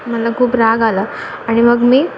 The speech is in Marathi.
मला खूप राग आला आणि मग मी